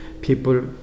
people